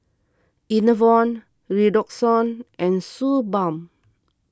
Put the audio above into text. Enervon Redoxon and Suu Balm